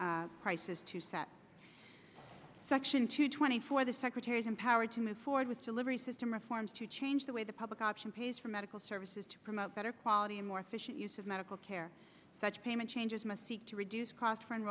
the price is to set section two twenty four the secretary is empowered to move forward with delivery system reforms to change the way the public option pays for medical services to promote better quality a more efficient use of medical care such payment changes must seek to reduce costs for en